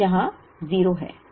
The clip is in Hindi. अब यहाँ 0 है